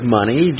money